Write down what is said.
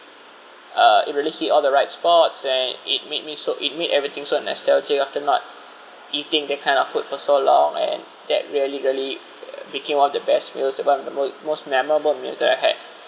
uh it really hit all the right spots and it made me so it made everything so nostalgic after not eating that kind of food for so long and that really really making one of the best meals and one of the moe~ most memorable meal that I had